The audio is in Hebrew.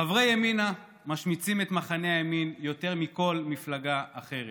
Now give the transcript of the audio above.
חברי ימינה משמיצים את מחנה הימין יותר מכל מפלגה אחרת,